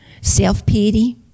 Self-pity